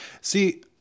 See